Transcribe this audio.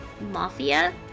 mafia